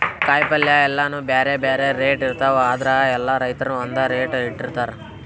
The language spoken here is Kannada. ಕಾಯಿಪಲ್ಯ ಎಲ್ಲಾನೂ ಬ್ಯಾರೆ ಬ್ಯಾರೆ ರೇಟ್ ಇರ್ತವ್ ಆದ್ರ ಎಲ್ಲಾ ರೈತರ್ ಒಂದ್ ರೇಟ್ ಇಟ್ಟಿರತಾರ್